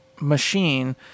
machine